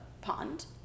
pond